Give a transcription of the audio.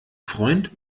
freund